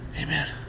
amen